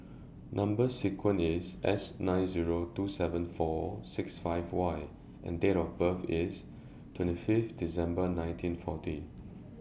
Number sequence IS S nine Zero two seven four six five Y and Date of birth IS twenty five December nineteen forty